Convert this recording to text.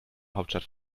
hauptstadt